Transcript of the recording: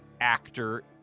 actor